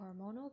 hormonal